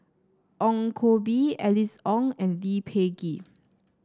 Ong Koh Bee Alice Ong and Lee Peh Gee